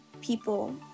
people